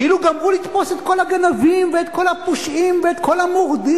כאילו גמרו לתפוס את כל הגנבים ואת כל הפושעים ואת כל המורדים.